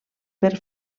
per